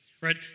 right